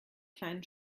kleinen